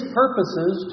purposes